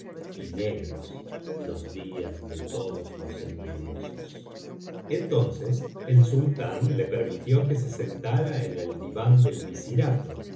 y negros los días de todos los envidiosos biblioteca valenciana generalitat valenciana historia del visir nureddin entonces el sultán le permitió que se sentara en el diván del